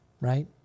Right